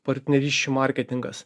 partnerysčių marketingas